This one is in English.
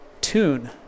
tune